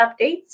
updates